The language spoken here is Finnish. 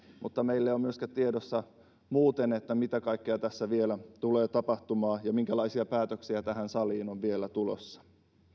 mutta meillä ei ole tiedossa myöskään muuten mitä kaikkea tässä vielä tulee tapahtumaan ja minkälaisia päätöksiä tähän saliin on vielä tulossa